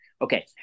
Okay